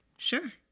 Sure